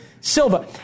Silva